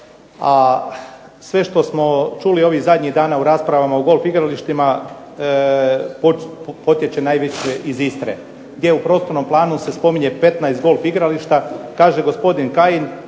a sve što smo čuli ovih zadnjih dana u raspravama o golf igralištima, potječe najviše iz Istre, gdje u prostornom planu se spominje 15 golf igrališta, kaže gospodin Kajin